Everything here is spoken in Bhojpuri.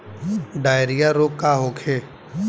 डायरिया रोग का होखे?